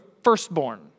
firstborn